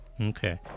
Okay